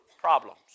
problems